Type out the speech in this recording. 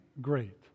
great